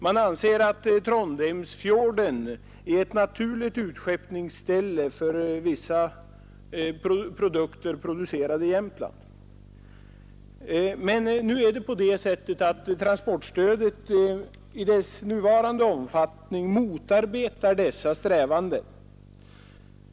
Man anser att Trondheimsfjorden är ett naturligt utskeppningsställe för vissa produkter framställda i Jämtland. Men transportstödet i dess nuvarande utformning motarbetar dessa strävanden.